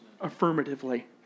affirmatively